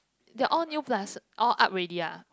they're all new plus all up already ah